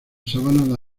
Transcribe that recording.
sabana